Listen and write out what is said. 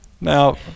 Now